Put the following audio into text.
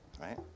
right